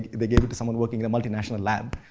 they gave it to someone working in a multinational lab,